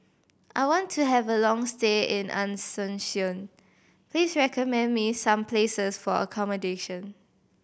I want to have a long stay in Asuncion please recommend me some places for accommodation